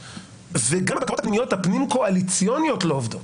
גם הבקרות הפנימיות הפנים קואליציוניות לא עובדות.